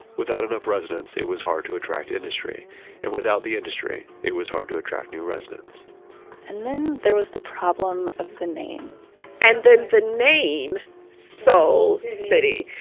without enough residents, it was hard to attract industry and without the industry, it was hard to attract new residents and then there was the problem of the name and then the name soul city.